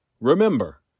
Remember